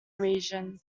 region